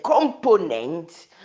components